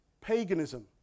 paganism